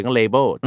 label